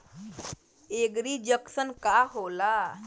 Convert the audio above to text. एगरी junction का होला?